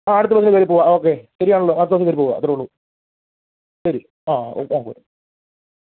ആ അടുത്ത ബസ്സിൽ കയറി പോവാം ഓക്കെ ശരിയാണല്ലോ അടുത്ത ബസ്സിൽ കയറി പോവുവാ അത്രേ ഉള്ളു ശരി ആ ഓ താങ്ക് യൂ